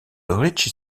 richie